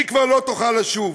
היא כבר לא תוכל לשוב.